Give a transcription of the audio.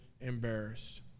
embarrassed